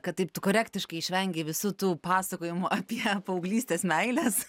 kad taip tu korektiškai išvengei visų tų pasakojimų apie paauglystės meiles